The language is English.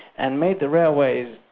and made the railways